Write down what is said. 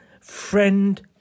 friend